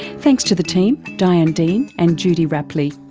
thanks to the team, diane dean and judy rapley.